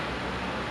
ya